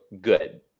good